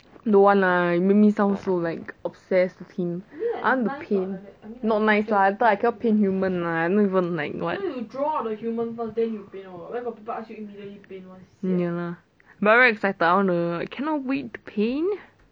don't want lah you make me sound so like obsessed with him I want to paint not nice lah later I cannot paint human lah I'm not even like what um ya lah but very excited I want to I cannot wait to paint